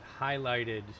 highlighted